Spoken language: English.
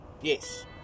Yes